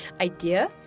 idea